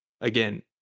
again